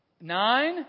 Nine